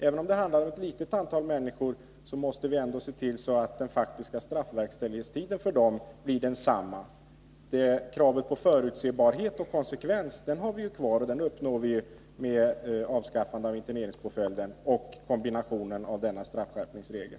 Även om det handlar om ett litet antal människor måste vi ändå se till att den faktiska straffverkställighetstiden för dem blir densamma. Kravet på förutsebarhet och konsekvens har vi ju ändå kvar; det uppnår vi med avskaffandet av interneringspåföljden i kombination med denna straffskärpningsregel.